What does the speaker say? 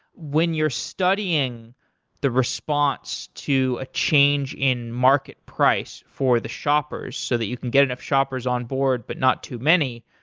when you're studying the response to a change in market price for the shoppers so that you can get enough shoppers on board but not too many,